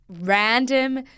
random